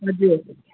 हजुर